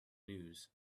news